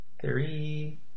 three